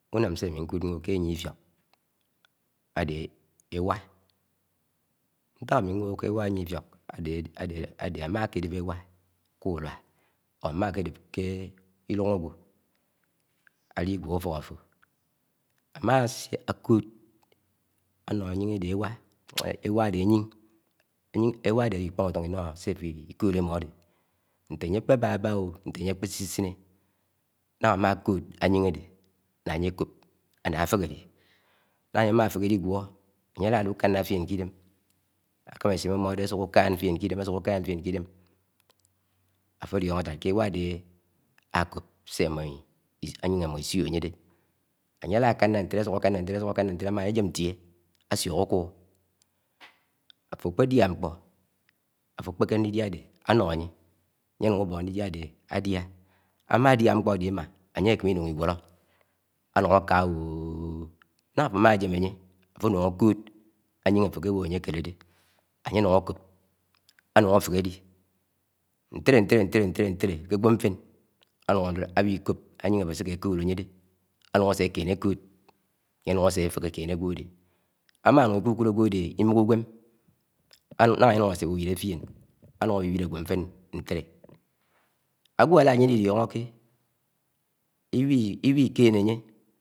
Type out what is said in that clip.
Unam Sé ÚMI-ņkúd Mmó kē āyie Ifiokāde ewa Ntak ámi n̄woho ke ewa ayie Ifiok ade, ämäkedel éwa kurvá or amakédep ke Ilúng Awọ aliguo ufok-afo Ámakód ánọ ewá áde aying, ewá áde awikpong uton ino se-ato Ikód I modé Nte ayé akpebábá-00, nte-aye akpesisine náhá amakód aying ade nahá áye-kop. áná atché ali Daha aye amatehe lliguó, aye alanúng Ikáná fien ki-Idem, akama esim amón ade asuk ukang fieň ki- dem, asúk úkong fien. ki-Idem, ato alioho ke ewa ade akop aying émó Isioho ayé-dé. Aye álá ákána ntele, ásúk ákáná ntele asuk akana ntele, ama aye Jem ntie Asuók akubo. Ato akpedia nkpo, afokpeke ndidiu ade ano aye, aye, anu Ubo ndidia ádé ádiá Amadia nkpo ade Iman̄, ayé akọmẹ Inúng Igwóró anú aka-oooii náhá afo amajem aye, ato anung akod aying ato ake-wóhó aye akele-de, aye anúng akóp, anúng aféhé alí. Ntele, ntélé, ntélé, ntélé, ntélé ké awó ntén awikóp ağing ató séké-kod ayede anúng ásékéné akod, agé anung asefehe akene awo ade. amanung Ikúkúd áwó áde, Iméhé, Uwem, naha ayé anúng ásé úwile fion änúng awi wile awo nfen ntele. awo ála aye ali-lionoke, íwi-keñe āyé